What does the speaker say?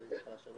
בבקשה.